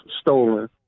stolen